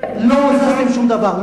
לא הזזתם שום דבר.